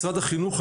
משרד החינוך,